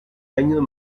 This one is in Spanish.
años